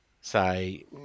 say